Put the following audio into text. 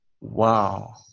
Wow